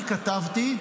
אני כתבתי,